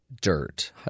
Dirt